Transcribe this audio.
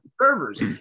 servers